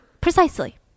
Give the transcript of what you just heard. Precisely